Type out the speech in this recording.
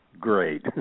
Great